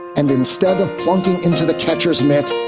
and instead of plunging into the catcher's mitt,